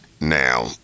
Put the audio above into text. Now